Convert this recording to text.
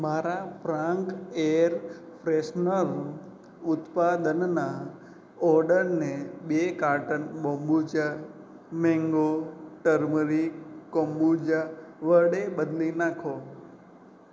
મારા Frank air freshener ઉત્પાદનના ઓર્ડરને બે carton Bombucha mango turmeric kombucha વડે બદલી નાખો